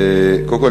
קודם כול,